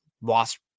lost